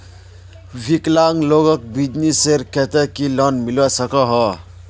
विकलांग लोगोक बिजनेसर केते की लोन मिलवा सकोहो?